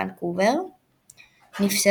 המשותפת ב־10 באפריל 2017,